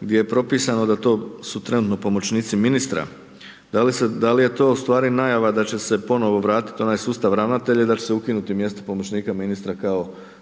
gdje je propisano da to su trenutno pomoćnici ministra, da li je to ustvari najava da će se ponovno vratiti onaj sustav ravnatelja i da će se ukinuti mjesto pomoćnika ministra kao